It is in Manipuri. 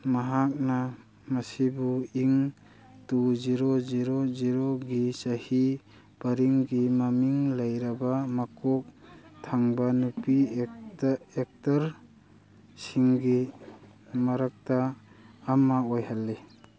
ꯃꯍꯥꯛꯅ ꯃꯁꯤꯕꯨ ꯏꯪ ꯇꯨ ꯖꯤꯔꯣ ꯖꯦꯔꯣ ꯖꯤꯔꯣꯒꯤ ꯆꯍꯤ ꯄꯔꯤꯡꯒꯤ ꯃꯃꯤꯡ ꯂꯩꯔꯕ ꯃꯀꯣꯛ ꯊꯣꯡꯕ ꯅꯨꯄꯤ ꯑꯦꯛꯇꯔꯁꯤꯡꯒꯤ ꯃꯔꯛꯇ ꯑꯃ ꯑꯣꯏꯍꯟꯈꯤ